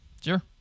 Sure